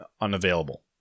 unavailable